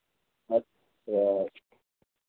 अच्छा